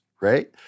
right